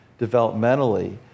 developmentally